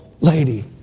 lady